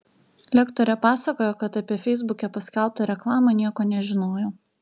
lektorė pasakojo kad apie feisbuke paskelbtą reklamą nieko nežinojo